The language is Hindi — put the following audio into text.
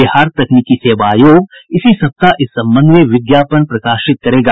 बिहार तकनीकी सेवा आयोग इसी सप्ताह इस संबंध में विज्ञापन प्रकाशित करेगा